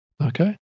Okay